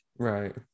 right